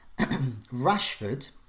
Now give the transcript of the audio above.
Rashford